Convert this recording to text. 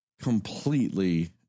completely